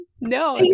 no